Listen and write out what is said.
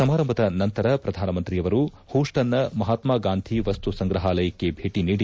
ಸಮಾರಂಭದ ನಂತರ ಪ್ರಧಾನಮಂತ್ರಿಯವರು ಪೂಸ್ವನ್ನ ಮಹಾತ್ಮಾಂಧಿ ವಸ್ತು ಸಂಗ್ರಹಾಲಯಕ್ಕೆ ಭೇಟ ನೀಡಿದರು